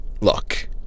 look